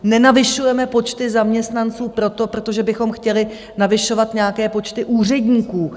Nenavyšujeme počty zaměstnanců proto, protože bychom chtěli navyšovat nějaké počty úředníků.